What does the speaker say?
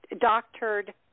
Doctored